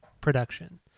production